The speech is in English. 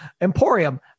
Emporium